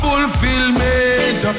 Fulfillment